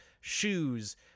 shoes